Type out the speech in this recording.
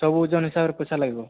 ସବୁ ଓଜନ ହିସାବରେ ପଇସା ଲାଗିବ